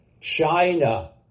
China